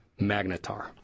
Magnetar